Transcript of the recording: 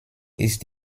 ist